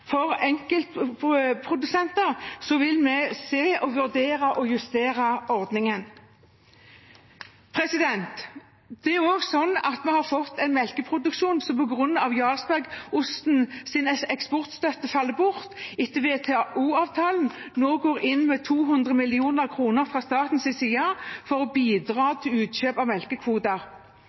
for enkeltprodusenter, vil vi se på og vurdere å justere ordningen. Det er også sånn at vi har fått en melkeproduksjon hvor vi på grunn av at Jarlsberg-ostens eksportstøtte faller bort etter WTO-avtalen, nå går inn med 200 mill. kr fra statens side for å bidra til utkjøp av melkekvoter.